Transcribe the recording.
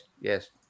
yes